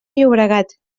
llobregat